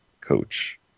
coach